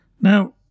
Now